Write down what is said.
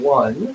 one